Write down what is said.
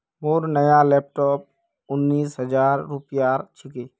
मोर नया लैपटॉप उन्नीस हजार रूपयार छिके